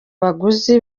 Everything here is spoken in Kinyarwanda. baguzi